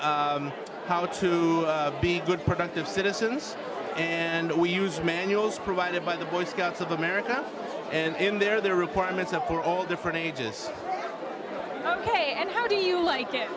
how to be good productive citizens and we use manuals provided by the boy scouts of america and in their requirements and for all different ages ok and how do you like it